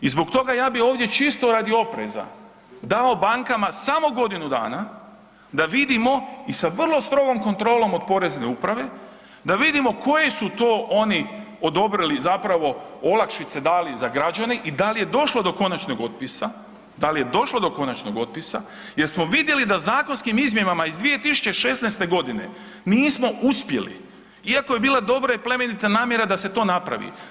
I zbog toga ja bi ovdje čisto radi opreza dao bankama samo godinu dana da vidimo i sa vrlo strogom kontrolom od Porezne uprave, da vidimo koje su to oni odobrili zapravo olakšice dali za građane i da li je došlo do konačnog otpisa, da li je došlo do konačnog otpisa jer smo vidjeli da zakonskim izmjenama iz 2016. godine nismo uspjeli iako je bila dobra i plemenita namjera da se to napravi.